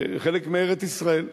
חלק מארץ-ישראל,